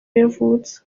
yavutse